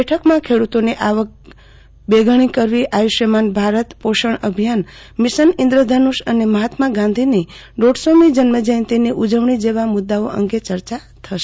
બેઠકમાં ખેડૂતોની આવક બેગણી કરવી આયુષ્માન ભારત પોષણ અભિયાન મિશન ઇન્દ્રધ્નુષ અને દોઢસોમી જન્મજયંતિની ઉજવણી જેવા મુદ્દાઓ અંગે ચર્ચા થશે